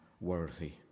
worthy